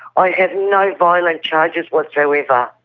i have no violent charges whatsoever.